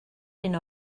hyn